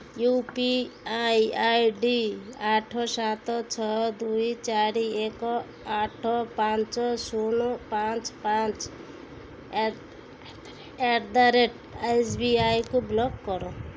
you P I ID ଆଠ ସାତ ଛଅ ଦୁଇ ଚାରି ଏକ ଆଠ ପାଞ୍ଚ ଶୂନୁ ପାଞ୍ଚ ପାଞ୍ଚ ଆଟ ଦ ରେଟ ଏସବିଆଇକୁ ବ୍ଲକ୍ କର